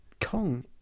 Kong